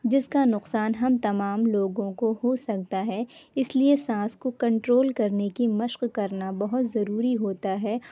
جس کا نقصان ہم تمام لوگوں کو ہو سکتا ہے اس لیے سانس کو کنٹرول کرنے کی مشق کرنا بہت ضروری ہوتا ہے